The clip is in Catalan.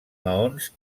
maons